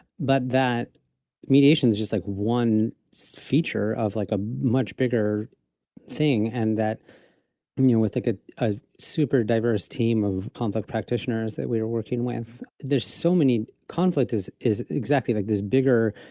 but that mediation is just like one feature of like a much bigger thing, and that you're with like ah a super diverse team of conflict practitioners that we're working with, there's so many conflict is is exactly like this bigger